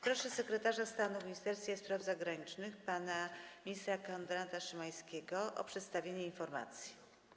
Proszę sekretarza stanu w Ministerstwie Spraw Zagranicznych pana ministra Konrada Szymańskiego o przedstawienie informacji.